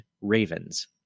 Ravens